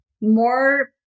more